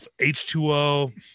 H2O